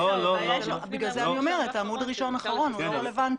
לכן אני אומרת שהעמוד הראשון והאחרון לא רלוונטי.